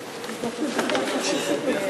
אדוני היושב-ראש,